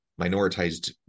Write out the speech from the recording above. minoritized